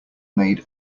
made